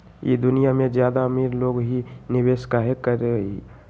ई दुनिया में ज्यादा अमीर लोग ही निवेस काहे करई?